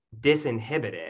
disinhibited